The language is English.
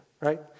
right